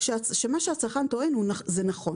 שמה שהצרכן טוען זה נכון.